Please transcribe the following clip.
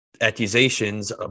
accusations